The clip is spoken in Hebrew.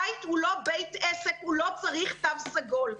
בית הוא לא בית עסק, הוא לא צריך תו סגול.